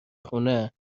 خونه